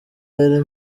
yari